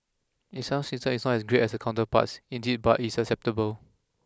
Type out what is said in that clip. its sound system is not as great as the counterparts indeed but it is acceptable